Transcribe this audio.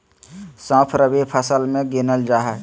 सौंफ रबी फसल मे गिनल जा हय